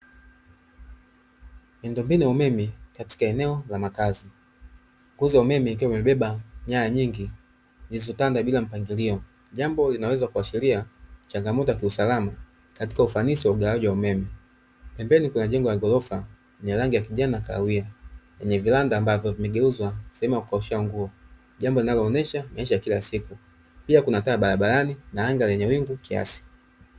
Miundombinu ya umeme katika eneo la makazi ,nguzo ya umeme ikiwa imebeba nyaya nyingi, zilizotanda bila mpangilio, jambo linaloweza kuashiria changamoto ya kiusalama katika ufanisi wa ugawaji wa umeme, pembeni kuna jengo la ghorofa lenye rangi ya kijani na kahawia lenye viranda ambayo vimegeuwa sehemu ya kukaushia nguo jambo linaloonesha maisha ya kila siku, pia kuna taa barabarani na anga lenye wingu kiasi.